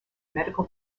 medical